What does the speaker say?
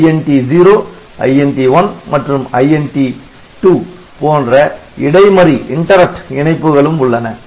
INT 0 INT 1 மற்றும் INT 2 போன்ற இடைமறி இணைப்புகளும் உள்ளன